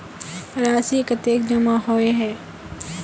राशि कतेक जमा होय है?